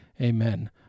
amen